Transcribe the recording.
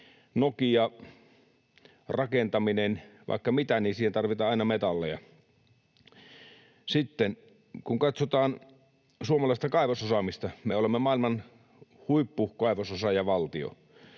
Nokia, rakentaminen, vaikka mitä — siihen tarvitaan aina metalleja. Sitten kun katsotaan suomalaista kaivososaamista, me olemme maailman huippukaivososaajavaltio.